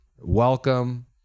welcome